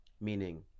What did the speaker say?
meaning